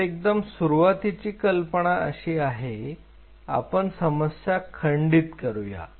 तर एकदम सुरुवातीची कल्पना अशी आहे आपण समस्या खंडित करू या